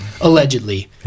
allegedly